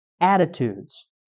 attitudes